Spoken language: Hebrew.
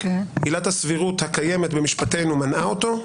עילת הסבירות הקיימת במשפטנו מנעה אותו?